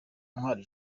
ntwari